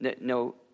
No